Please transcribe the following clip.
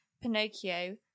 Pinocchio